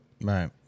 right